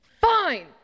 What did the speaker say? Fine